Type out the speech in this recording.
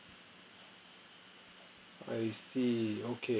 I see okay